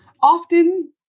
Often